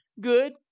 Good